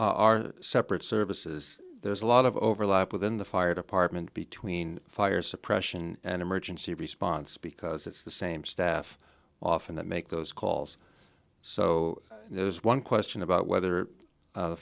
are separate services there's a lot of overlap within the fire department between fire suppression and emergency response because it's the same staff often that make those calls so there's one question about whether